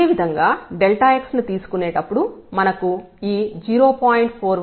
అదేవిధంగా x ని తీసుకునేటప్పుడు మనకు ఈ 0